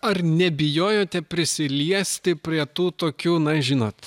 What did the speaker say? ar nebijojote prisiliesti prie tų tokių na žinot